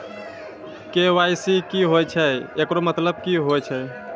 KYC की होय छै, एकरो मतलब की होय छै?